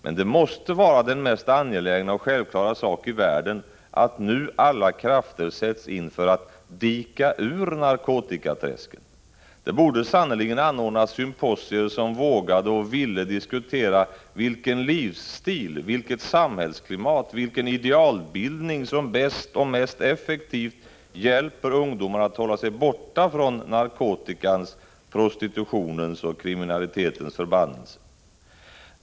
Men det måste vara den mest angelägna och självklara sak i världen att nu sätta in alla krafter för att dika ur narkotikaträsken. Det borde sannerligen anordnas symposier där man vågade och ville diskutera vilken livsstil, vilket samhällsklimat, vilken idealbildning som bäst och mest effektivt hjälper ungdomar att hålla sig borta från narkotikans, prostitutionens och kriminalitetens förbannelser.